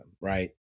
Right